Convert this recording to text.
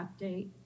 update